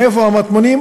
איפה המטמונים?